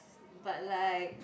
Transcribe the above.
but like